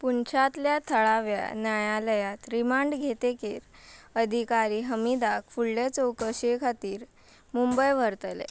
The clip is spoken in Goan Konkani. पुंचातल्या थळाव्या न्यायालयांत रिमांड घेतकच अधिकारी हमिदाक फुडले चौकशे खातीर मुंबय व्हरतले